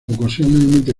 ocasionalmente